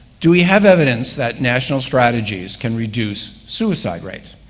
do we have evidence that national strategies can reduce suicide rates?